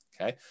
okay